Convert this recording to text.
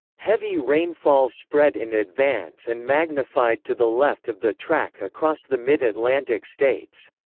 heavy rainfall spread in advance and magnified to the left of the track across the mid-atlantic states.